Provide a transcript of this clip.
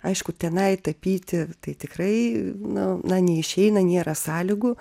aišku tenai tapyti tai tikrai na na neišeina nėra sąlygų